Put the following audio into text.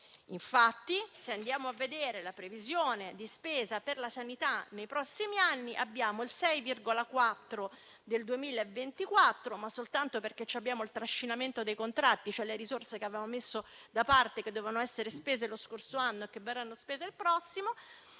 Infatti, se andiamo a vedere la previsione di spesa per la sanità nei prossimi anni, abbiamo il 6,4 per cento nel 2024 (ma soltanto in virtù del trascinamento dei contratti, in quanto le risorse che avevamo messo da parte e che dovevano essere spese lo scorso anno verranno spese il prossimo),